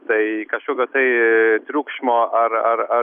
tai kažkokio tai triukšmo ar ar ar